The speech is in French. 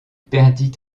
perdit